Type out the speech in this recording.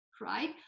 right